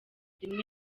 rimwe